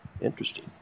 Interesting